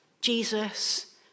Jesus